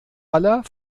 aller